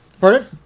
Pardon